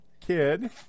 kid